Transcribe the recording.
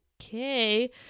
Okay